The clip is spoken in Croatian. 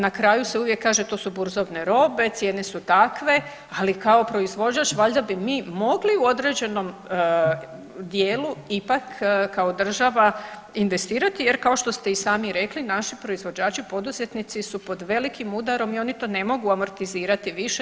Na kraju se uvijek kaže to su burzovne robe, cijene su takve, ali kao proizvođač valjda bi mi mogli u određenom dijelu ipak kao država investirati jer kao što ste i sami rekli naši proizvođači, poduzetnici su pod velikim udarom i oni to ne mogu amortizirati više.